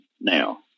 now